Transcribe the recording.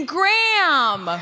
Graham